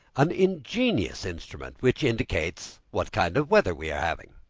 an ingenious instrument which indicates what kind of weather we are having.